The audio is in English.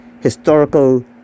historical